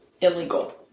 illegal